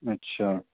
اچھا